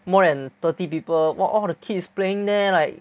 more than thirty people !wah! all the kids playing there like